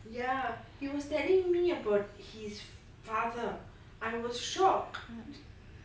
ya he was telling me about his father I was shock